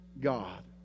God